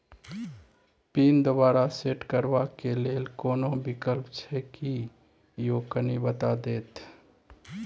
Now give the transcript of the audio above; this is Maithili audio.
पिन दोबारा सेट करबा के लेल कोनो विकल्प छै की यो कनी बता देत?